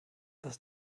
dass